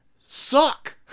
suck